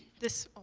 this